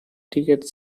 ticket